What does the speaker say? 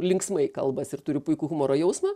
linksmai kalbasi ir turi puikų humoro jausmą